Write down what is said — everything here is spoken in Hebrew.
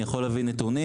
אני יכול להביא נתונים,